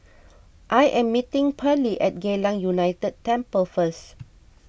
I am meeting Pearley at Geylang United Temple first